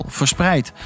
verspreid